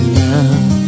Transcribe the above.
love